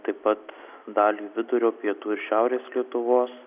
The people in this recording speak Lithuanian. taip pat dalį vidurio pietų ir šiaurės lietuvos